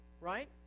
right